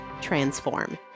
transform